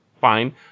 fine